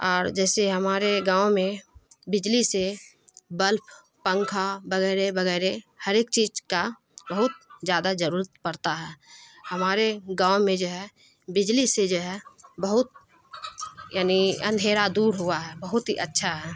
اور جیسے ہمارے گاؤں میں بجلی سے بلب پنکھا وغیرہ وغیرہ ہر ایک چیز کا بہت زیادہ ضرورت پڑتا ہے ہمارے گاؤں میں جو ہے بجلی سے جو ہے بہت یعنی اندھیرا دور ہوا ہے بہت ہی اچھا ہے